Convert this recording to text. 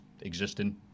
existing